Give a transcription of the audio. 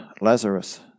Lazarus